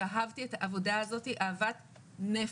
ואהבתי את העבודה הזאת אהבת נפש.